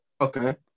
Okay